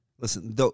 listen